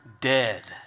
dead